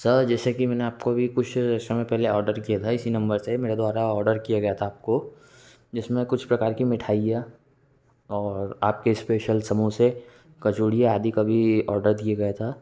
sir जैसे कि मैंने आपको अभी कुछ समय पहले औडर किया था इसी नंबर से मेरे द्वारा औडर किया गया था आपको जिसमें कुछ प्रकार कि मिठाईयाँ और आपके इस्पेशल समोसे कचौरियाँ आदि का भी औडर दिए गया था